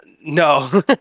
no